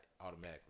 Automatically